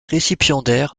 récipiendaire